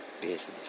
Business